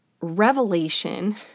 revelation